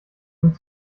dem